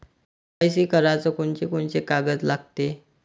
KYC कराच कोनचे कोनचे कागद लागते?